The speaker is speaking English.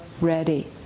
ready